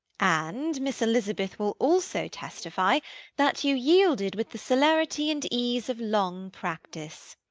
and miss elizabeth will also testify that you yielded with the celerity and ease of long practice.